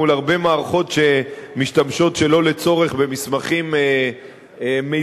מול הרבה מערכות שמשתמשות שלא לצורך במסמכים מיותרים,